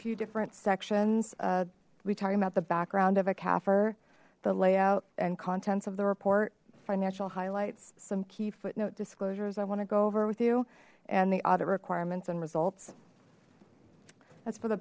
few different sections will be talking about the background of a kaffir the layout and contents of the report financial highlights some key footnote disclosures i want to go over with you and the audit requirements and results that's for the